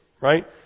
right